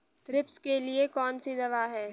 Thrips के लिए कौन सी दवा है?